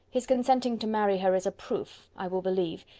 his consenting to marry her is a proof, i will believe,